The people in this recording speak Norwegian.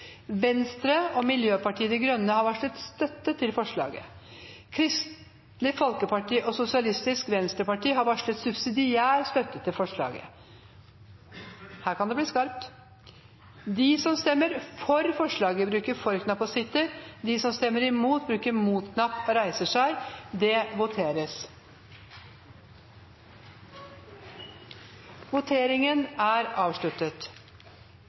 Venstre og Miljøpartiet De Grønne har varslet støtte til forslaget. Kristelig Folkeparti og Sosialistisk Venstreparti har varslet subsidiær støtte til forslaget. – Her kan det bli skarpt. Under debatten er det satt fram i alt tre forslag. Det er forslag nr. 1, fra Ove Trellevik på vegne av Fremskrittspartiet og